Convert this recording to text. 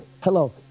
Hello